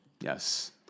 Yes